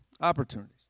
Opportunities